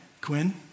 Quinn